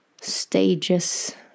stages